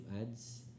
ads